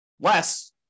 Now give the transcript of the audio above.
Less